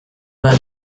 bat